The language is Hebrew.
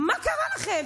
מה קרה לכם?